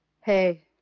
Hey